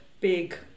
big